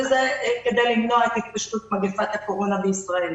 וזה כדי למנוע את התפשטות מגיפת הקורונה בישראל.